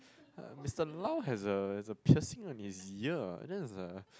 uh Mister Lau has a has a piercing on his ear that's a